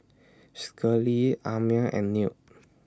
Schley Amir and Newt